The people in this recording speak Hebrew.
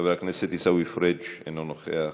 חבר הכנסת עיסאווי פריג' אינו נוכח,